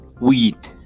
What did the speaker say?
weed